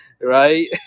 right